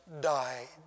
died